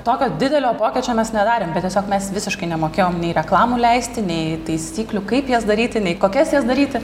tokio didelio pokyčio mes nedarėm bet tiesiog mes visiškai nemokėjom nei reklamų leisti nei taisyklių kaip jas daryti nei kokias jas daryti